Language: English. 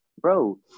bro